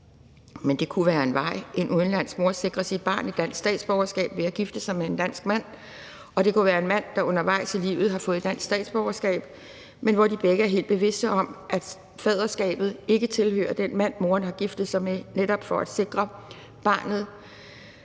Men det kunne være en vej, at en udenlandsk mor sikrer sit barn et dansk statsborgerskab ved at gifte sig med en dansk mand, og det kunne være, at en mand undervejs i livet har fået dansk statsborgerskab, men at de begge er helt bevidste om, at faderskabet ikke tilhører den mand, moren har giftet sig med, netop for at sikre barnet